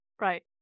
right